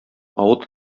авыл